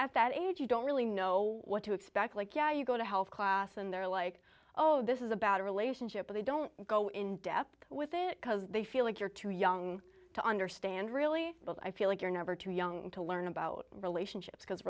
at that age you don't really know what to expect like yeah you go to health class and they're like oh this is about a relationship but they don't go in depth with it because they feel like you're too young to understand really i feel like you're never too young to learn about relationships because